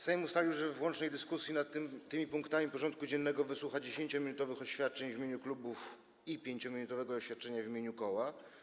Sejm ustalił, że w łącznej dyskusji nad tymi punktami porządku dziennego wysłucha 10-minutowych oświadczeń w imieniu klubów i 5-minutowego oświadczenia w imieniu koła.